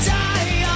die